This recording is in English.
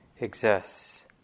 exists